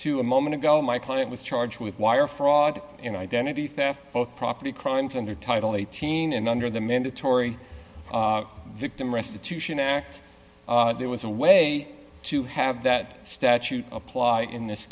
to a moment ago my client was charged with wire fraud and identity theft both property crimes under title eighteen and under the mandatory victim restitution act there was a way to have that statute apply in this